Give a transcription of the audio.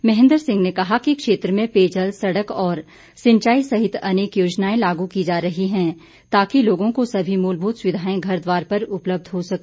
महेन्द्र सिंह ने कहा कि क्षेत्र में पेयजल सड़क और सिंचाई सहित अनेक योजनाएं लागू की जा रही हैं ताकि लोगों को सभी मूलभूत सुविधाएं घर द्वार पर उपलब्ध हो सके